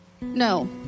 No